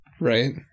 Right